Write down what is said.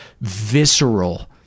visceral